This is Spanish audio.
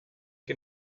que